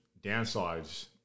downsides